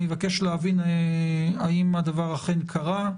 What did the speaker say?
אני אבקש להבין האם הדבר אכן קרה,